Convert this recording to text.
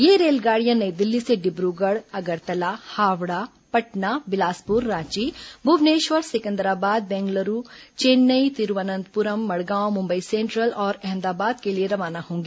ये रेलगाड़ियां नई दिल्ली से डिब्रगढ अगरतला हावड़ा पटना बिलासपुर रांची भुवनेष्वर सिकंदराबाद बेंगलुरू चेन्नई तिरूवनंतपुरम मड़गांव मुंबई सेंट्रल और अहमदाबाद को लिए रवाना होंगी